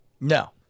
No